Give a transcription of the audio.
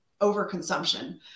overconsumption